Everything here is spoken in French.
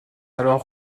alors